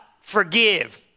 forgive